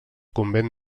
convent